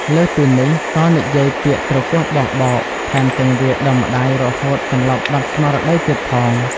លើសពីនេះក៏និយាយពាក្យទ្រគោះបោះបោក ថែមទាំងវាយដំម្ដាយរហូតសន្លប់បាត់ស្មារតីទៀតផង។